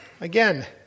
Again